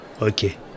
ok